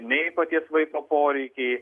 nei paties vaiko poreikiai